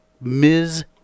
Ms